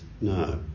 No